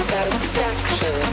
Satisfaction